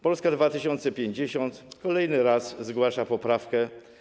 Polska 2050 kolejny raz zgłasza poprawkę.